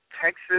Texas